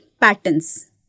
patterns